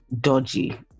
dodgy